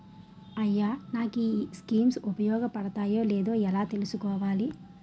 అయ్యా నాకు ఈ స్కీమ్స్ ఉపయోగ పడతయో లేదో ఎలా తులుసుకోవాలి?